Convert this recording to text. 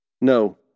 No